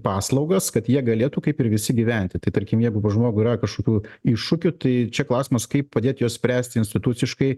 paslaugas kad jie galėtų kaip ir visi gyventi tai tarkim jeigu žmogui yra kažkokių iššūkių tai čia klausimas kaip padėt juos spręst instituciškai